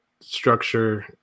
structure